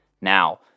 now